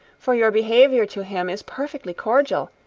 for your behaviour to him is perfectly cordial,